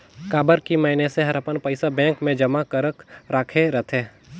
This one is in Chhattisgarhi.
काबर की मइनसे हर अपन पइसा बेंक मे जमा करक राखे रथे